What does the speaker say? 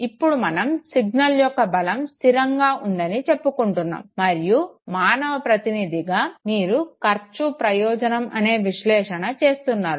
ఇప్పుడు మనం సిగ్నల్ యొక్క బలం స్థిరంగా ఉందని చెప్పుకుంటున్నాము మరియు మానవ ప్రతినిధిగా మీరు ఖర్చు ప్రయోజనం అనే విశ్లేషణ చేస్తున్నారు